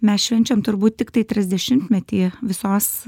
mes švenčiam turbūt tiktai trisdešimtmetį visos